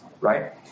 right